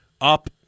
up